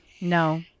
No